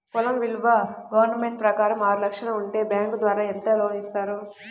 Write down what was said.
పొలం విలువ గవర్నమెంట్ ప్రకారం ఆరు లక్షలు ఉంటే బ్యాంకు ద్వారా ఎంత లోన్ ఇస్తారు?